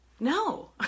No